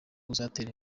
uzatera